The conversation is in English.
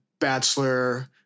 Bachelor